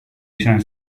izan